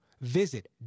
visit